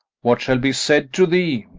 what shall be said to thee?